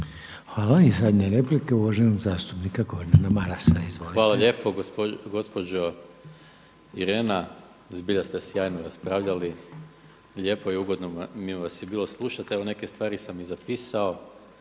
Marasa, izvolite. **Maras, Gordan (SDP)** Hvala lijepo. Gospođo Irena zbilja ste sjajno raspravljali, lijepo i ugodno mi vas je bilo slušati. Evo neke stvari sam i zapisao